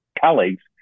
colleagues